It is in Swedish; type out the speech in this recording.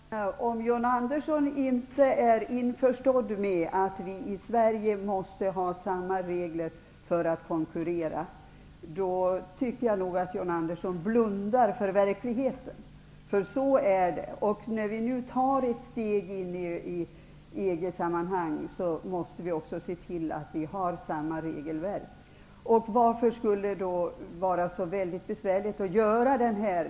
Fru talman! Om John Andersson inte är införstådd med att vi i Sverige måste ha samma regler för att kunna konkurrera, då tycker jag att John Andersson blundar för verkligheten. När vi nu tar ett steg in i EG-sammanhang, måste vi också se till att vi har samma regelverk. Varför skulle det vara så besvärligt att göra denna justering?